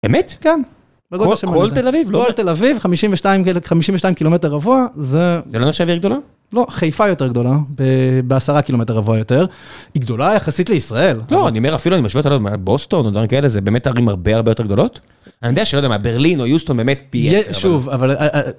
אמת? גם. כל תל אביב, כל תל אביב, 52 קילומטר רבוע, זה... זה לא נחשב אוויר גדולה? לא, חיפה יותר גדולה, בעשרה קילומטר רבוע יותר. היא גדולה יחסית לישראל. לא, אני אומר אפילו, אני משווה את הלא יודע מה בוסטון, זה באמת ערים הרבה הרבה יותר גדולות. אני יודע שלא יודע מה, ברלין או יוסטון באמת פי עשר... יש שוב, אבל...